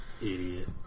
Idiot